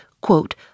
quote